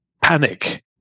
panic